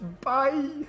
Bye